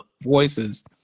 voices